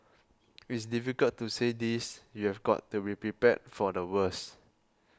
it's difficult to say this you've got to be prepared for the worst